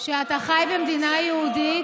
שאתה חי במדינה יהודית.